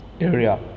area